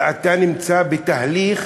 ואתה נמצא בתהליך